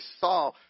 saw